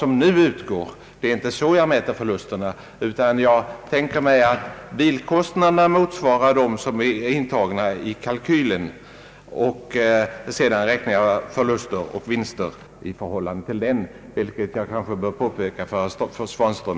Alla andra får överkompensation eller underkompensation. Det går inte att räkna ut vilka som får överkompensation och vilka som får underkompensation — därtill är det material vi har att tillgå alldeles för litet.